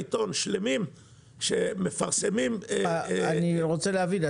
בעיתון שמפרסמים --- אני רוצה להבין,